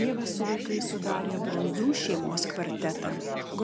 tėvas su vaikais sudarė brundzų šeimos kvartetą